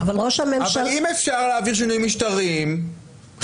אבל אם אפשר להעביר שינויים משטריים חד-צדדית,